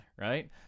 Right